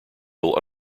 will